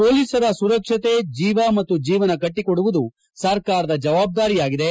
ಪೊಲೀಸರ ಸುರಕ್ಷತೆ ಜೀವ ಮತ್ತು ಜೀವನ ಕಟ್ಟಕೊಡುವುದು ಸರ್ಕಾರದ ಜವಬ್ಧಾರಿಯಾಗಿದೆ